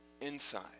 inside